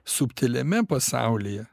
subtiliame pasaulyje